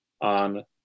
on